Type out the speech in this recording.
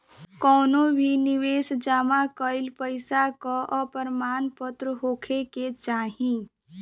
कवनो भी निवेश जमा कईल पईसा कअ प्रमाणपत्र होखे के चाही